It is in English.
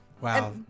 Wow